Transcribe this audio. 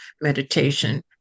meditation